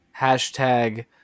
hashtag